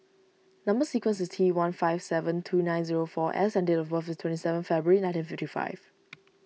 Number Sequence is T one five seven two nine zero four S and date of birth is twenty seven February nineteen fifty five